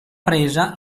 presa